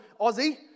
Aussie